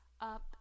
up